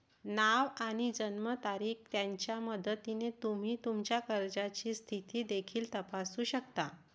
नाव आणि जन्मतारीख यांच्या मदतीने तुम्ही तुमच्या कर्जाची स्थिती देखील तपासू शकता